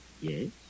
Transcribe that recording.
Yes